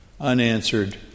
unanswered